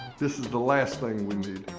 this is the last thing we need.